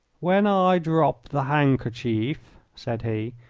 when i drop the handkerchief, said he,